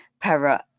para